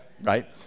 right